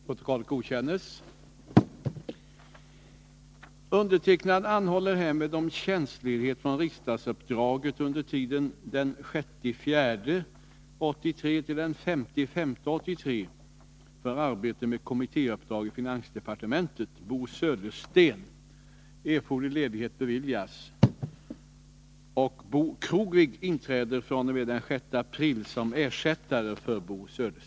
I samband med tillsättningsärendet gällande professur i energihushållning vid Lunds universitet har framkommit att enskilda och företrädare för organisationer sökt påverka tillsättningen utanför den fastställda formella proceduren. Enligt gällande bestämmelser vid professorstillsättningar får hänsyn endast tagas till vetenskaplig meritering och pedagogisk skicklighet inom det aktuella ämnesområdet.